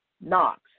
Knox